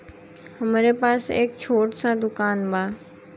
हमरे पास एक छोट स दुकान बा